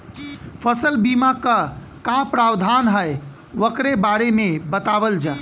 फसल बीमा क का प्रावधान हैं वोकरे बारे में बतावल जा?